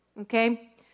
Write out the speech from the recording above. Okay